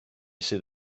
sydd